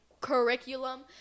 curriculum